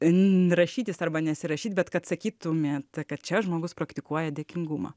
n rašytis arba nesirašyt bet kad sakytumėt kad čia žmogus praktikuoja dėkingumą